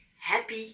Happy